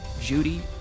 Judy